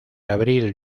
abril